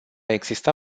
exista